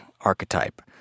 archetype